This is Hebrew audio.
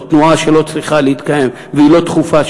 או תנועה שלא צריכה להתקיים והיא לא דחופה,